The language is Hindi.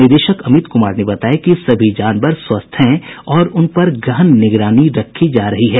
निदेशक अमित कुमार ने बताया कि सभी जानवर स्वस्थ है और उनपर गहन निगरानी रखी जा रही है